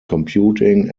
computing